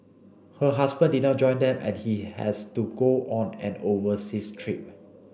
her husband did not join them as he has to go on an overseas trip